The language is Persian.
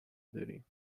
داریم